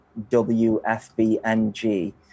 WFBNG